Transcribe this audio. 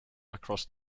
across